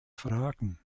fragen